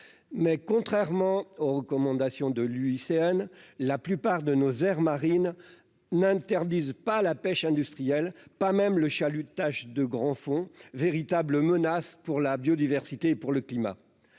mais contrairement aux recommandations de l'UICN la plupart de nos aires marines n'interdisent pas la pêche industrielle, pas même le chalutage de grands fonds véritable menace pour la biodiversité pour le climat